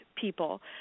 people